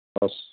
हवस्